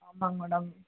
ஆமாங்க மேடம்